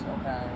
Okay